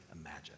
imagine